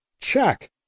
Check